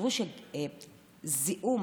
תחשבו שזיהום